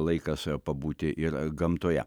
laikas pabūti ir gamtoje